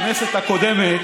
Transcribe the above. בכנסת הקודמת,